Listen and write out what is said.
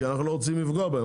כי אנחנו לא רוצים לפגוע בהם,